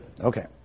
Okay